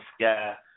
Sky